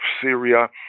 Syria